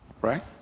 right